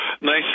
nice